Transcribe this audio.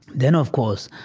then, of course,